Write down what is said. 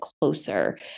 closer